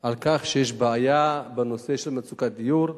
על כך שיש בעיה בנושא של מצוקת דיור.